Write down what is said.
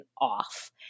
off